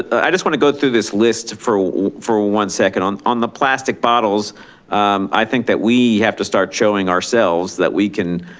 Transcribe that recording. i just want to go through this list for for one second. on on the plastic bottles i think that we have to start showing ourselves that we can,